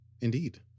Indeed